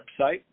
website